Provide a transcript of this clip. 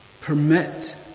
permit